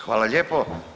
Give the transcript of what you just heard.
Hvala lijepo.